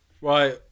Right